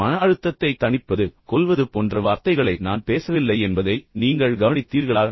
மன அழுத்தத்தைத் தணிப்பது மன அழுத்தத்தைக் கொல்வது போன்ற வார்த்தைகளை நான் பேசவில்லை என்பதை நீங்கள் கவனித்தீர்களா